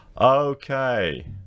Okay